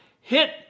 hit